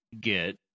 get